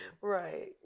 Right